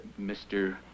Mr